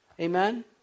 Amen